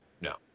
No